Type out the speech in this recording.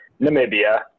Namibia